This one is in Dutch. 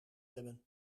hebben